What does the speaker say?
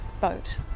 boat